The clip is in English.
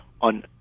on